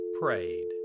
prayed